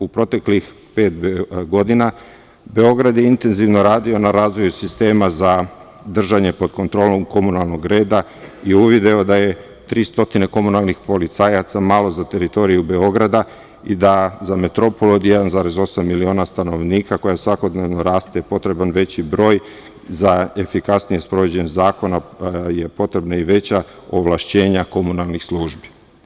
U proteklih pet godina Beograd je intenzivno radio na razvoju sistema za držanje pod kontrolom komunalnog reda i uvideo da je 300 komunalnih policajaca malo za teritoriju Beograda i da je za metropolu od 1,8 miliona stanovnika koja svakodnevno raste potreban veći broj, za efikasnije sprovođenje zakona su potrebna i veća ovlašćenja komunalnih službi.